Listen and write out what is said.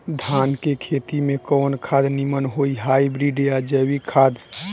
धान के खेती में कवन खाद नीमन होई हाइब्रिड या जैविक खाद?